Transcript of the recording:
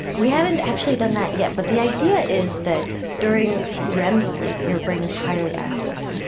we haven't actually done that yet but the idea is that during rem sleep your brain is highly active,